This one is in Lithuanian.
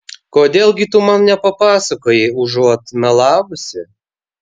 kodėl gi tu man nepapasakoji užuot melavusi